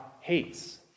hates